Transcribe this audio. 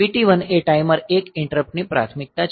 PT1 એ timer 1 interrupt ની પ્રાથમિકતા છે